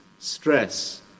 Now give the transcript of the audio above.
Stress